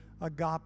agape